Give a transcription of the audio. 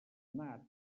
bernat